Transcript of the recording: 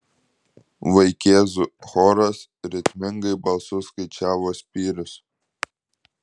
vaikėzų choras ritmingai balsu skaičiavo spyrius